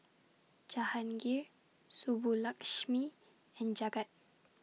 Jahangir Subbulakshmi and Jagat